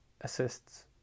assists